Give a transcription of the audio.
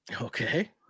Okay